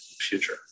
future